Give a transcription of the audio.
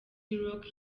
rock